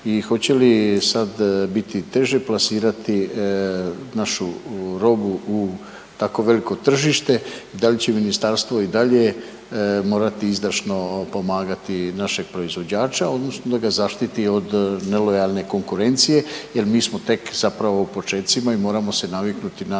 i hoće li sad biti teže plasirati našu robu u tako veliko tržište? Da li će ministarstvo i dalje morati izdašno pomagati našeg proizvođača, odnosno da ga zaštiti od nelojalne konkurencije, jer mi smo tek zapravo u počecima i moramo se naviknuti na